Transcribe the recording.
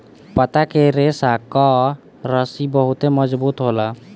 पत्ता के रेशा कअ रस्सी बहुते मजबूत होला